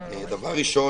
ראשית ,